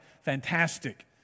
fantastic